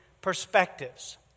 perspectives